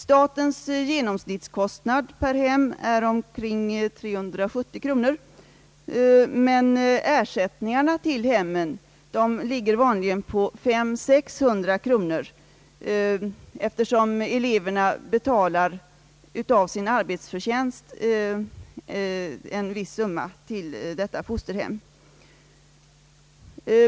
Statens genomsnittskostnad per hem är omkring 370 kronor, men det belopp hemmen får ligger vanligen vid 500 å 600 kronor, eftersom eleverna betalar en viss del av sin arbetsförtjänst till fosterhemmen.